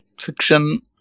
fiction